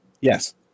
Yes